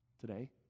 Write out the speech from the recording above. today